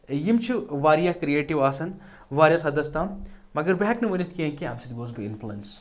یِم چھِ واریاہ کرٛیٹِو آسان وارِہَس حدَس تام مگر بہٕ ہٮ۪کہٕ نہٕ ؤنِتھ کیٚنٛہہ کہِ اَمہِ سۭتۍ گوس اِنفٕلَنس